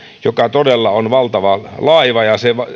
joka todella on valtava laiva